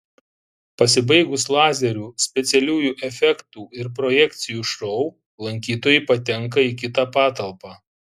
pasibaigus lazerių specialiųjų efektų ir projekcijų šou lankytojai patenka į kitą patalpą